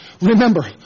Remember